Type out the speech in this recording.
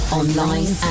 online